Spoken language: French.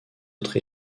autre